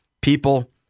people